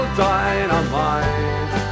dynamite